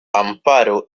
amparo